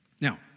Now